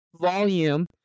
volume